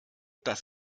dass